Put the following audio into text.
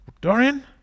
Dorian